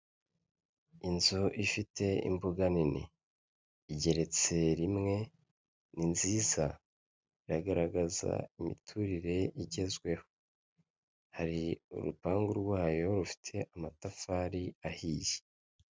Inzu ifite imbuga nini. Igeretse rimwe, ni nziza. Iragaragaza imiturire igezweho. Hari urupangu rwayo rufite amatafari ahiye.